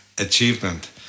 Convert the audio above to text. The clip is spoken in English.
achievement